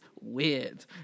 weird